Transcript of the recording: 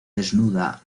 desnuda